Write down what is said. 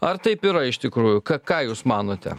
ar taip yra iš tikrųjų ką jūs manote